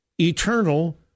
eternal